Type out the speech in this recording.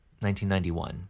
1991